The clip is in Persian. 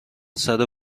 صدو